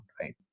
right